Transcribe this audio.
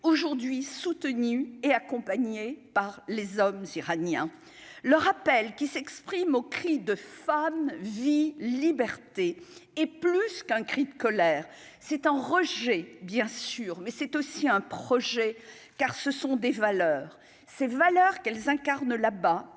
aujourd'hui soutenus et accompagnés par les hommes iraniens le rappel qui s'exprime au cri de femme vie liberté et plus qu'un cri de colère s'ans Roger, bien sûr, mais c'est aussi un projet, car ce sont des valeurs ces valeurs qu'elles incarnent là-bas